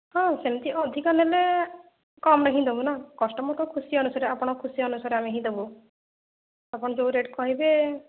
ହଁ ସେମିତି ଅଧିକ ନେଲେ କମ ହିଁ ଦେବୁ ନା କଷ୍ଟମରଙ୍କ ଖୁସି ଅନୁସାରେ ଆପଣଙ୍କ ଖୁସି ଅନୁସାରେ ହିଁ ଆମେ ଦେବୁ ଆପଣ ଯେଉଁ ରେଟ କହିବେ